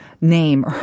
name